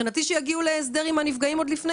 מבחינתי שיגיעו להסדר עם הנפגעים עוד לפני